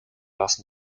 lassen